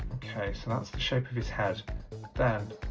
okay so that's the shape of his head then